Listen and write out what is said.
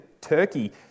turkey